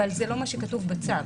אבל זה לא מה שכתוב בצו.